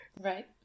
Right